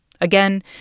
Again